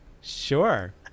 Sure